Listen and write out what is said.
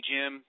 Jim